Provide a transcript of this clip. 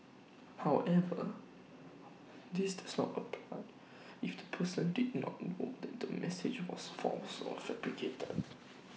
however this does not apply if the person did not know that the message was false or fabricated